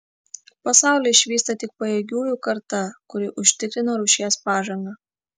pasaulį išvysta tik pajėgiųjų karta kuri užtikrina rūšies pažangą